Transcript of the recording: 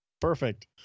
Perfect